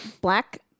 black